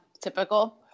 Typical